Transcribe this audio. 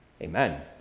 Amen